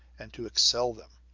and to excel them,